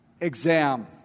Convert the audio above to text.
exam